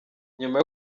nyuma